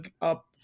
up